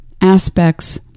aspects